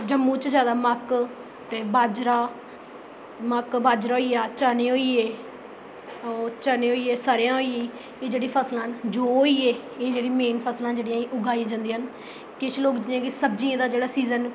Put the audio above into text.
जम्मू च जादै मक्क ते बाजरा मक्क बाजरा होई गेआ चने होइए ओह् चने होई गे स'रेआं होई ए्ह् जेह्ड़ी फसलां न जौ होइयै एह् जेह्ड़ी मेन फसलां न जेह्ड़ियां उगाई जंदियां न किश लोग जि'यां कि सब्जियें दा जेह्ड़ा सीज़न